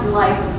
life